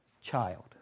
child